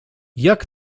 jak